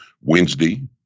Wednesday